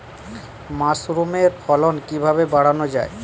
মাসরুমের ফলন কিভাবে বাড়ানো যায়?